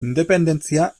independentzia